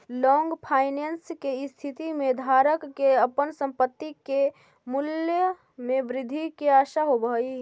long finance के स्थिति में धारक के अपन संपत्ति के मूल्य में वृद्धि के आशा होवऽ हई